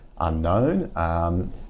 unknown